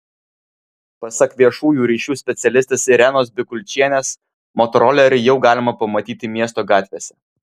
pasak viešųjų ryšių specialistės irenos bikulčienės motorolerį jau galima pamatyti miesto gatvėse